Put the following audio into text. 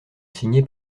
signé